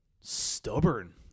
stubborn